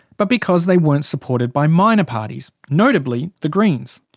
but because they weren't supported by minor parties, notably the greens.